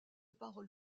parole